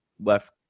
Left